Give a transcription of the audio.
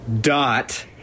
dot